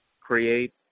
create